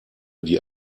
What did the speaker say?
die